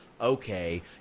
Okay